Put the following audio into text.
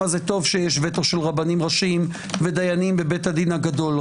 טוב שיש וטו של רבנים ראשיים ודיינים בבית הדין הגדול.